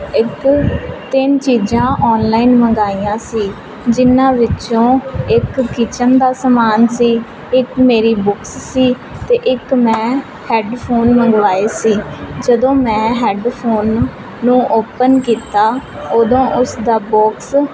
ਇੱਕ ਤਿੰਨ ਚੀਜ਼ਾਂ ਆਨਲਾਈਨ ਮੰਗਵਾਈਆਂ ਸੀ ਜਿਨਾਂ ਵਿੱਚੋਂ ਇੱਕ ਕਿਚਨ ਦਾ ਸਮਾਨ ਸੀ ਇੱਕ ਮੇਰੀ ਬੁਕਸ ਅਤੇ ਇੱਕ ਮੈਂ ਹੈਡਫੋਨ ਮੰਗਵਾਏ ਸੀ ਜਦੋਂ ਮੈਂ ਹੈਡਫੋਨ ਨੂੰ ਨੂੰ ਓਪਨ ਕੀਤਾ ਉਦੋਂ ਉਸਦਾ ਬੋਕਸ